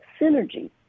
synergy